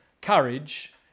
courage